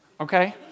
okay